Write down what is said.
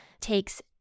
takes